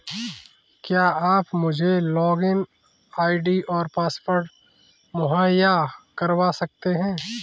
क्या आप मुझे लॉगिन आई.डी और पासवर्ड मुहैय्या करवा सकते हैं?